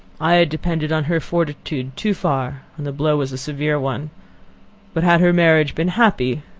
i had depended on her fortitude too far, and the blow was a severe one but had her marriage been happy,